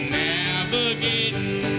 navigating